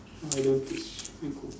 I don't teach micro